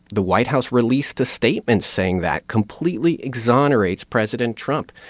the white house released a statement saying that completely exonerates president trump.